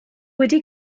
wedi